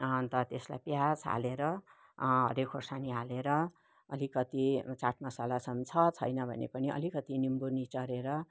अन्त त्यसलाई प्याज हालेर हरियो खोर्सानी हालेर अलिकति चाट मसला छ भने छ छैन भने पनि अलिकति निम्बु निचोरेर